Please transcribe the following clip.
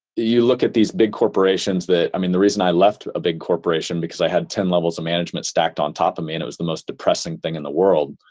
you look at these big corporations. i mean, the reason i left a big corporation, because i had ten levels of management stacked on top of me and it was the most depressing thing in the world.